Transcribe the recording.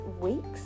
weeks